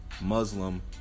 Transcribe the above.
Muslim